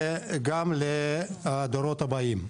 וגם לדורות הבאים,